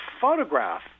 photograph